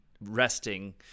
resting